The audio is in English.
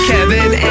Kevin